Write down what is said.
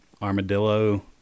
armadillo